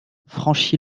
franchit